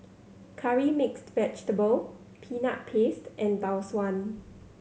Curry Mixed Vegetable Peanut Paste and Tau Suan